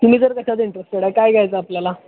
तुम्ही जर त्याच्यात इंटरेस्टेड आहे काय घ्यायचं आहे आपल्याला